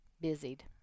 busied